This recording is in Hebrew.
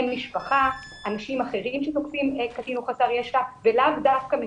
משפחה ואנשים אחרים שתוקפים קטין או חסר ישע ולאו דווקא מטפלות.